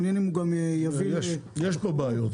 יש פה בעיות.